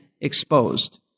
exposed